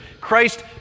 Christ